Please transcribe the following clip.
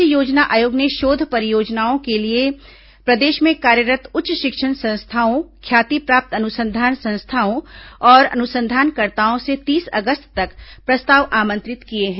राज्य योजना आयोग ने शोध परियोजनाओं के लिए प्रदेश में कार्यरत् उच्च शिक्षण संस्थाओं ख्याति प्राप्त अनुसंधान संस्थाओं और अनुसंधानकर्ताओं से तीस अगस्त तक प्रस्ताव आमंत्रित किए हैं